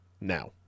Now